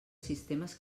sistemes